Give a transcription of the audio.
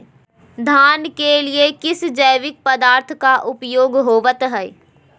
धान के लिए किस जैविक पदार्थ का उपयोग होवत है?